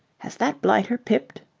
has that blighter pipped?